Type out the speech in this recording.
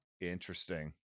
interesting